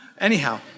Anyhow